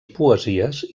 poesies